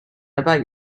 about